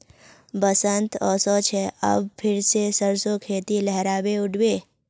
बसंत ओशो छे अब फिर से सरसो खेती लहराबे उठ बे